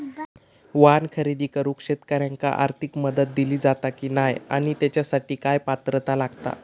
वाहन खरेदी करूक शेतकऱ्यांका आर्थिक मदत दिली जाता की नाय आणि त्यासाठी काय पात्रता लागता?